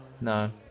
no